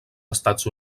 estats